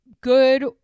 good